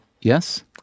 yes